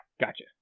gotcha